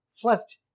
first